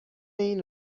این